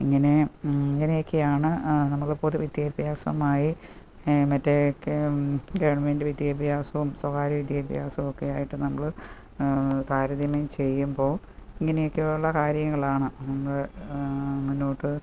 ഇങ്ങനെ ഇങ്ങനെയൊക്കെ ആണ് നമ്മൾ പൊതു വിദ്യാഭ്യാസമായി മറ്റേ ഗവൺമെൻ്റ് വിദ്യാഭ്യാസവും സ്വകാര്യ വിദ്യാഭ്യാസവും ഒക്കെ ആയിട്ട് നമ്മൾ താരതമ്യം ചെയ്യുമ്പോൾ ഇങ്ങനെയൊക്കെ ഉള്ള കാര്യങ്ങളാണ് നമ്മൾ മുന്നോട്ട്